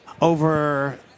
over